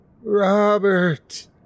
Robert